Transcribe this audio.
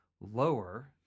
lower